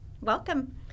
Welcome